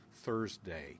Thursday